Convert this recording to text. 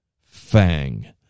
fang